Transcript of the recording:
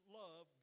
love